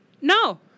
No